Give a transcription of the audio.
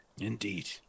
Indeed